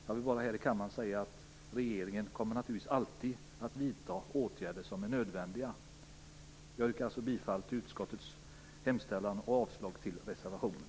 Jag vill här i kammaren bara säga att regeringen naturligtvis alltid kommer att vidta åtgärder som är nödvändiga. Jag yrkar bifall till utskottets hemställan och avslag på reservationen.